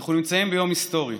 אנחנו נמצאים ביום היסטורי.